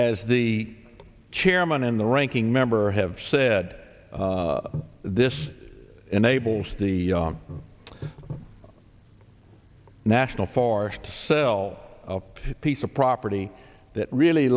as the chairman and the ranking member have said this enables the national forest to sell a piece of property that really